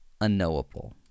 unknowable